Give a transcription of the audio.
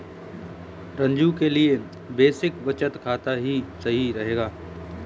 रंजू के लिए बेसिक बचत खाता ही सही रहेगा